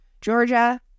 georgia